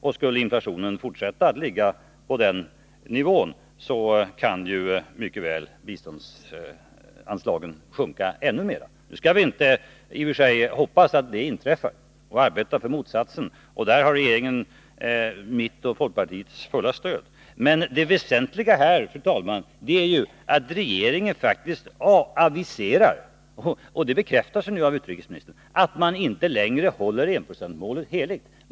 Och skulle inflationen fortsätta att ligga på den nivån kan ju biståndsanslaget mycket väl sjunka ännu mer. Nu skall vi i och för sig inte hoppas att det inträffar; vi skall arbeta för motsatsen — där har regeringen mitt och folkpartiets fulla stöd. Men det väsentliga här, fru talman, är ju att regeringen faktiskt har aviserat — det bekräftas nu av utrikesministern — att man inte längre håller enprocentsmålet heligt.